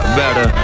better